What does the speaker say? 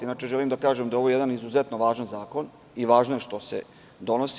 Inače, želim da kažem da je ovo jedan izuzetno važan zakon i važno je što se donosi.